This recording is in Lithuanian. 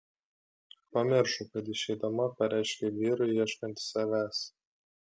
pamiršo kad išeidama pareiškė vyrui ieškanti savęs